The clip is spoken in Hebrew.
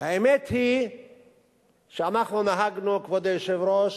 האמת היא שאנחנו נהגנו, כבוד היושב-ראש,